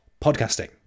podcasting